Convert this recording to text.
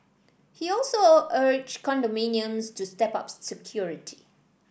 he also urged condominiums to step up security